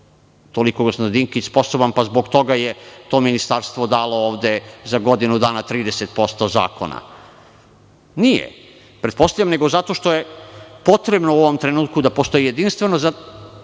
toliko gospodin Dinkić sposoban, pa je zbog toga to ministarstvo dalo ovde za godinu dana 30% zakona. Nije, pretpostavljam da je zato što je potrebno u ovom trenutku da postoji jedinstveno.